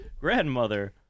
grandmother